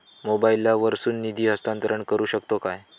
मोबाईला वर्सून निधी हस्तांतरण करू शकतो काय?